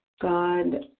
god